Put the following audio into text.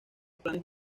planes